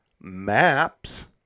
Maps